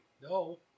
No